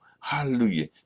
hallelujah